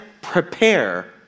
prepare